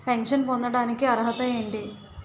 Pension పొందడానికి అర్హత ఏంటి?